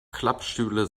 klappstühle